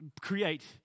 create